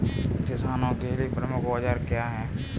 किसानों के लिए प्रमुख औजार क्या हैं?